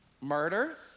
murder